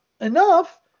enough